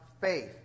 faith